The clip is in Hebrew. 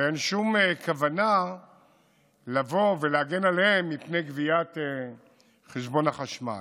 ואין שום כוונה לבוא ולהגן עליהם מפני גביית חשבון החשמל.